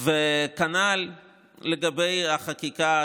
כנ"ל לגבי החקיקה,